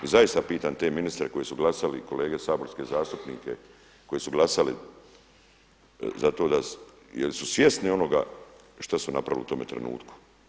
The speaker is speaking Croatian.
I zaista pitam te ministre koji su glasi i kolege saborske zastupnike koji su glasali za to da, jer su svjesni onoga šta su napravili u tome trenutku.